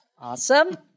Awesome